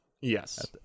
Yes